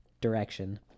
direction